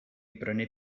brynu